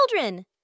children